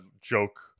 joke